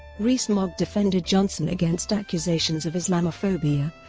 rees-mogg defended johnson against accusations of islamophobia